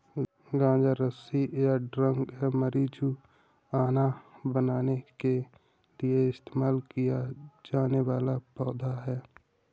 गांजा रस्सी या ड्रग मारिजुआना बनाने के लिए इस्तेमाल किया जाने वाला पौधा है